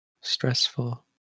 stressful